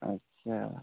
अच्छा